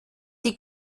die